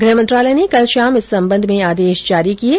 गृह मंत्रालय ने कल शाम इस संबंध में आदेश जारी किये